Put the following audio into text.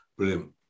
Brilliant